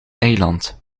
eiland